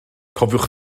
cofiwch